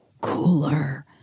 cooler